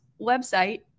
website